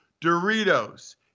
Doritos